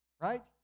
right